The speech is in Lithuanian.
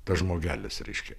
tas žmogelis reiškia